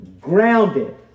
grounded